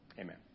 Amen